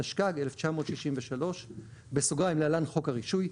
התשכ"ג-1963 (להלן חוק הרישוי),